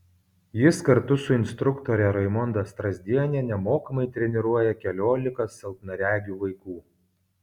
jis kartu su instruktore raimonda strazdiene nemokamai treniruoja keliolika silpnaregių vaikų